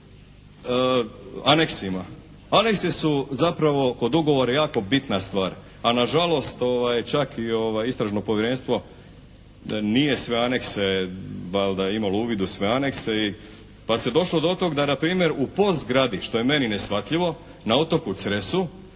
aneksima. Aneksi su zapravo kod ugovora jako bitna stvar. A nažalost čak i istražno povjerenstvo nije sve anekse valjda imalo uvid u sve anekse i, pa se došlo do tog da na primjer u POS zgradi što je meni neshvatljivo na otoku Cresu